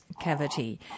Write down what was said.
cavity